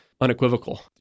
unequivocal